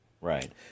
Right